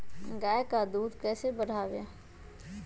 गाय का दूध कैसे बढ़ाये?